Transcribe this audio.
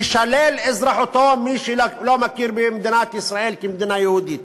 תישלל אזרחותו של מי שלא מכיר במדינת ישראל כמדינה יהודית,